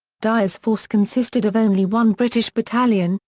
dyer's force consisted of only one british battalion,